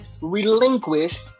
relinquish